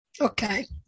Okay